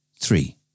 three